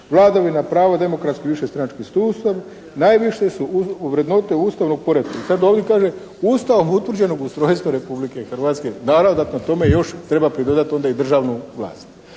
vladavina prava, demokratski višestranački sustav najviše su vrednote ustavnog poretka…", i sad ovdje kaže: "… Ustavom utvrđenog ustrojstva Republike Hrvatske.". Naravno da tome još treba pridodati onda i državnu vlast.